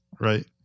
Right